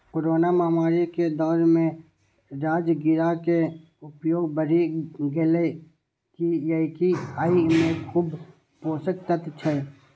corona महामारी के दौर मे राजगिरा के उपयोग बढ़ि गैले, कियैकि अय मे खूब पोषक तत्व छै